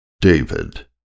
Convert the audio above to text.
David